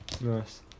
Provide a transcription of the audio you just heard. Nice